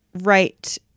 right